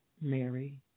Mary